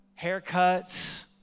haircuts